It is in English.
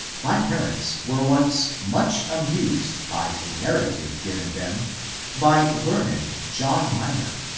my parents were once much amused by a narrative given them by learned john minor,